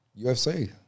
UFC